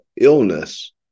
illness